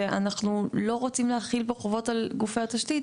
ואנחנו לא רוצים להחיל פה חובות על גופי התשתית,